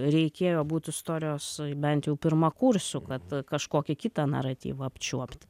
reikėjo būt istorijos bent jau pirmakursiu kad kažkokį kitą naratyvą apčiuopt